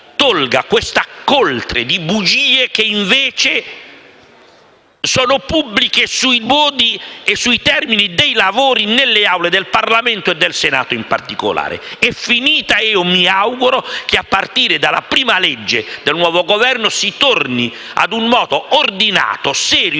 la coltre di bugie - bugie invece, pubbliche - sui modi e i termini dei lavori nelle aule del Parlamento, e del Senato in particolare. Io mi auguro che, a partire dalla prima legge del nuovo Governo, si torni a un modo ordinato, serio